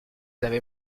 avez